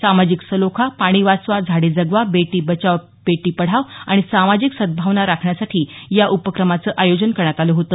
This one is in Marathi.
सामाजिक सलोखा पाणी वाचवा झाडे जगवा बेटी बचाव बेटी पढाव आणि सामाजिक सद्भभावना राखण्यासाठी या उपक्रमाचं आयोजन करण्यात आलं होत